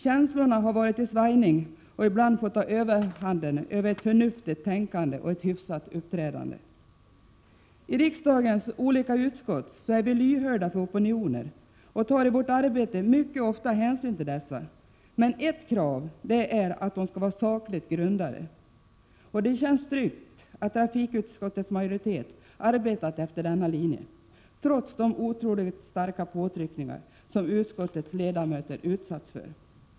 Känslor har varit i svallning, och de har ibland fått ta överhanden över ett förnuftigt tänkande och ett hyfsat uppträdande. I riksdagens olika utskott är vi lyhörda för opinioner, och vi tar i vårt arbete mycket ofta hänsyn till dessa. Ett krav är dock att det som framförs skall vara sakligt grundat. Det känns tryggt att trafikutskottetsmajoritet har arbetat efter denna linje, trots de otroligt starka påtryckningar som utskottets ledamöter har utsatts för.